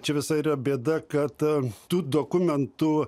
čia visa yra bėda kad tų dokumentų